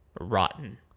rotten